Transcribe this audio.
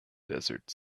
desert